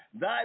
thy